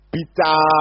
Peter